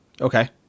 Okay